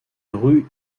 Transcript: rue